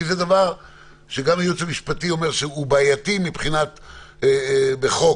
שזה דבר שגם הייעוץ המשפטי אומר שהוא בעייתי לעשות בחוק,